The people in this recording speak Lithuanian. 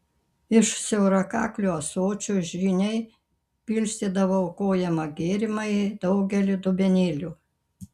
iš siaurakaklių ąsočių žyniai pilstydavo aukojamą gėrimą į daugelį dubenėlių